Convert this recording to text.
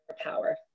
power